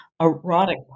erotic